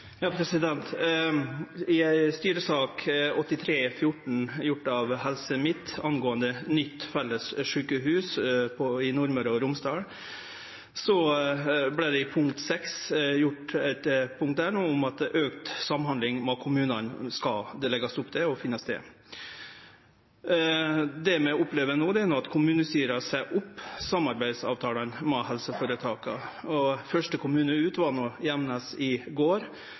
I styresak 83/14 i Helse Midt-Norge, angåande nytt felles sjukehus i Nordmøre og Romsdal, står det i punkt 6 at auka samhandling mellom kommunane skal leggjast opp til og finne stad. Det vi opplever no, er at kommunestyre seier opp samarbeidsavtalane med helseføretaka. Første kommune ut var Gjemnes i går,